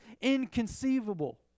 inconceivable